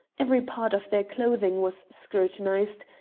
every part of their clothing was scrutinised,